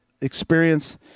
experience